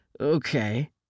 Okay